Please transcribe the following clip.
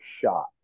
shot